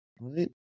right